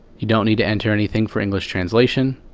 you don't need to enter anything for english translation.